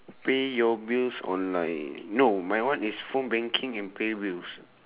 pay your bills online no my one is phone banking and pay bills